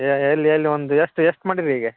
ಯಾ ಎಲ್ಲಿ ಎಲ್ಲಿ ಒಂದು ಎಷ್ಟು ಎಷ್ಟು ಮಾಡೀರಿ ಹೀಗೆ